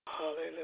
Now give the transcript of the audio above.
Hallelujah